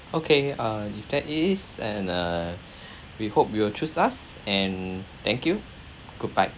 okay uh if that is and uh we hope you will choose us and thank you goodbye